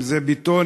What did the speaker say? אם מבני בטון,